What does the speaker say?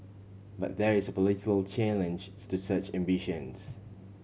but there is a political challenge to such ambitions